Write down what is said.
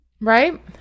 right